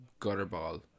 gutterball